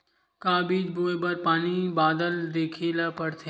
का बीज बोय बर पानी बादल देखेला पड़थे?